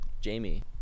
Jamie